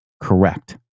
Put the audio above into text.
correct